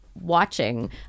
watching